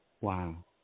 Wow